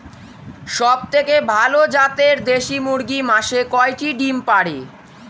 সবথেকে ভালো জাতের দেশি মুরগি মাসে কয়টি ডিম পাড়ে?